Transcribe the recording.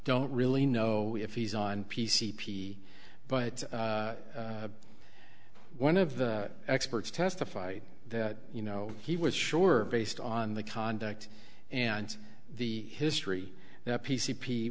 don't really know if he's on p c p but one of the experts testified that you know he was sure based on the contact and the history that p c p